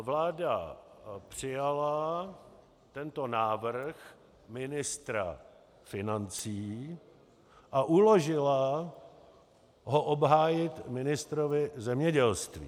Vláda přijala tento návrh ministra financí a uložila ho obhájit ministrovi zemědělství.